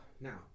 Now